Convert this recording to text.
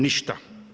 Ništa.